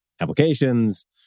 Applications